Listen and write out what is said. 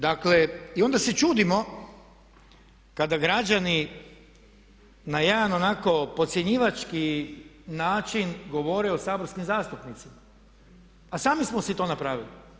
Dakle i onda se čudimo kada građani na jedan onako podcjenjivački način govore o saborskim zastupnicima, a sami smo si to napravili.